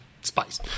spice